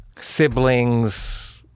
siblings